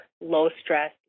low-stress